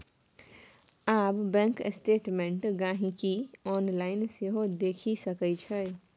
आब bank statement गांहिकी online सेहो देखि सकै छै